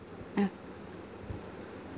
uh